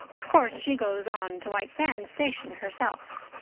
of course she goes on to white sands station herself.